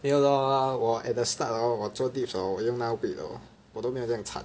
没有 lor 我 at the start hor 我做 dips hor 我用那个 weight hor 我都没有那样惨